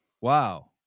Wow